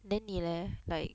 then 你 leh like